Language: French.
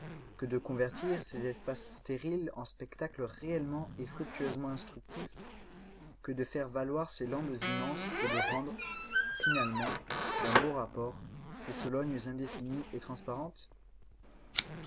que de convertir ces espaces stériles en spectacles réellement et fructueusement instructifs que de faire valoir ces landes immenses et de rendre finalement d'un bon rapport ces solognes indéfinies et transparentes